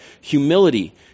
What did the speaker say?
humility